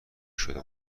شده